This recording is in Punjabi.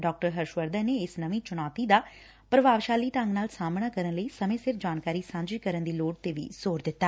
ਡਾ ਹਰਸ ਵਰਧਨ ਨੇ ਇਸ ਨਵੀ ਚੂਣੌਤੀ ਦਾ ਪ੍ਰਭਾਵਸ਼ਾਲੀ ਢੰਗ ਨਾਲ ਸਾਹਮਣਾ ਕਰਨ ਲਈ ਸਮੇਂ ਸਿਰ ਜਾਣਕਾਰੀ ਸਾਂਝੀ ਕਰਨ ਦੀ ਲੋੜ ਤੇ ਵੀ ਜ਼ੋਰ ਦਿੱਤਾ